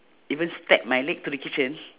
even step my leg to the kitchen